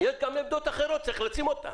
יש גם עמדות אחרות, צריך לשים אותן.